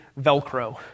Velcro